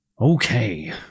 Okay